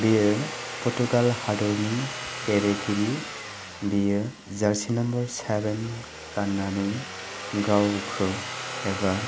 बियो पर्तुगाल हादरनि गेलेगिरि बियो जारसि नाम्बार सेभेन गाननानै गावखौ एबा